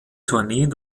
tourneen